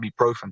ibuprofen